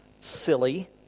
silly